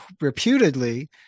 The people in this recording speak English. reputedly